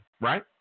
Right